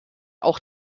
auch